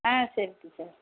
ஆ சரி டீச்சர்